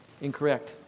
incorrect